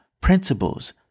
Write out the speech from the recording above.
Principles